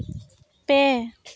ᱯᱮ